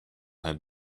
had